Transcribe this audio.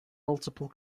multiple